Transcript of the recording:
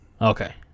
Okay